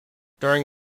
during